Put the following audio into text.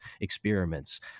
experiments